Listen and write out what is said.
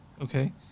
okay